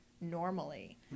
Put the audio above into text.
normally